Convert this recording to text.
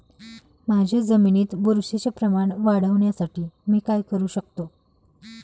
माझ्या जमिनीत बुरशीचे प्रमाण वाढवण्यासाठी मी काय करू शकतो?